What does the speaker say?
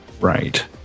Right